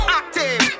active